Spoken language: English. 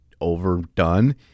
overdone